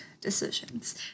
decisions